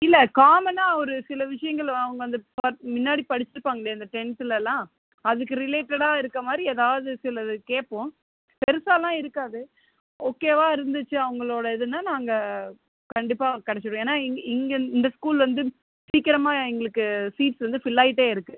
இல்லை காமனாக ஒரு சில விஷயங்கள் அவங்க அந்த ப முன்னாடி படித்திருப்பாங்க இல்லையா அந்த டென்த்திலலாம் அதுக்கு ரிலேட்டடாக இருக்க மாதிரி ஏதாவது சிலதை கேட்போம் பெருசாலாம் இருக்காது ஓகேவா இருந்துச்சு அவங்களோடய இதுன்னா நாங்கள் கண்டிப்பாக கெடைச்சிடும் ஏன்னா இங்கே இங்கே இந்த ஸ்கூல் வந்து சீக்கிரமாக எங்களுக்கு சீட்ஸ் வந்து ஃபில் ஆகிட்டே இருக்கும்